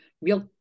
real